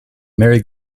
merry